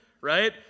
right